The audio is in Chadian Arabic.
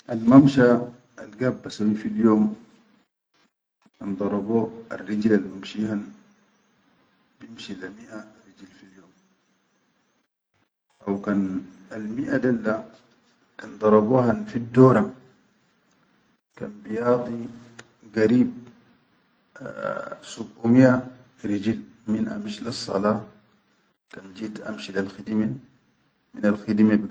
Almamsha algad basawwi fil yom kan darabo arrijile algaad bamshihan bimshi le miaʼa rijil fil yom, haw kan almiaʼa dol kan darabohin fiddora kan biyadi garib subumiaʼa rijil, min amish lessala, kan jit amshi lel khidime minal khidime.